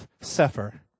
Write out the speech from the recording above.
Sefer